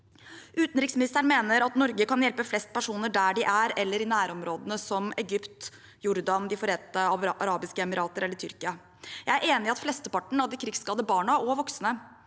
Utenriksministeren mener at Norge kan hjelpe flest personer der de er, eller i nærområdene, som i Egypt, Jordan, De forente arabiske emirater eller Tyrkia. Jeg er enig i at flesteparten av de krigsskadde barna og voksne